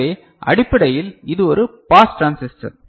எனவே அடிப்படையில் இது ஒரு பாஸ் டிரான்சிஸ்டர்